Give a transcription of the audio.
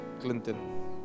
Clinton